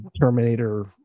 Terminator